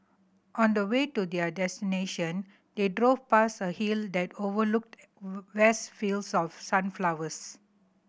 on the way to their destination they drove past a hill that overlooked vast fields of sunflowers